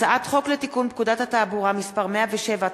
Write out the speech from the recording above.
הצעת חוק לתיקון פקודת התעבורה (מס' 107),